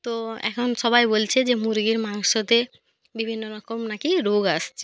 তো এখন সবাই বলছে যে মুরগির মাংসতে বিভিন্ন রকম নাকি রোগ আসছে